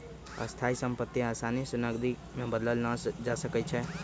स्थाइ सम्पति असानी से नकदी में बदलल न जा सकइ छै